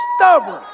stubborn